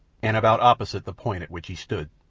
and about opposite the point at which he stood.